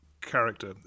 character